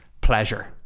pleasure